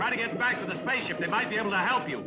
get back to the spaceship that might be able to help you